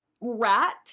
rat